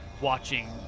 watching